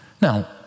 Now